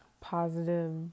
positive